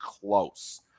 close